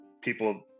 people